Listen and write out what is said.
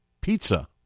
pizza